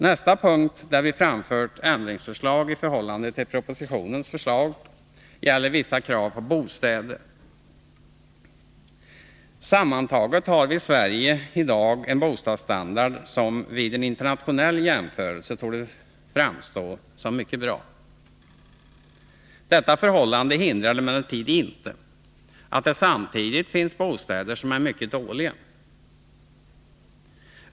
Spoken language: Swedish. Nästa punkt där vi framfört ändringsförslag i förhållande till propositionens förslag gäller vissa krav på bostäder. Sammantaget har vi i Sverige i dag en bostadsstandard som vid en internationell jämförelse torde framstå som mycket bra. Detta förhållande hindrar emellertid inte att det samtidigt finns bostäder som är mycket dåliga.